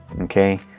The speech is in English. okay